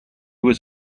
was